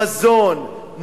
מזון,